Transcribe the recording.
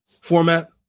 format